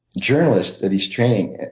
journalist that he's training,